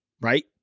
right